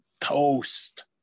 toast